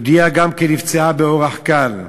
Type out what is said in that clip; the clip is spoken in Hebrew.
יהודייה גם כן נפצעה באורח קל.